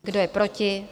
Kdo je proti?